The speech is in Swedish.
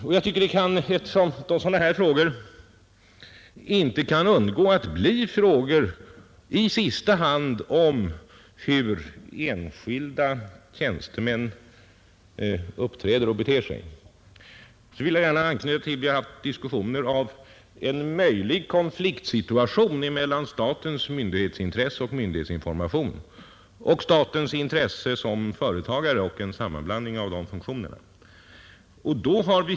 Eftersom det inte kan undvikas att sådana här frågor i sista hand blir frågor om hur enskilda tjänstemän uppträder vill jag gärna anknyta till diskussioner som vi har haft om en möjlig konfliktsituation för den händelse staten blandar samman sina funktioner när det gäller dels dess myndighetsintresse och myndighetsinformation, dels dess intresse som företagare.